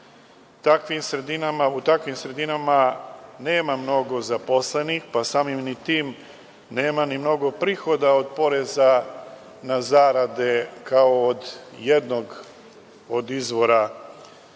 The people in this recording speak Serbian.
U takvim sredinama nema mnogo zaposlenih pa samim tim nema ni mnogo prihoda od poreza na zarade kao jednog od izvora koje